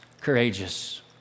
courageous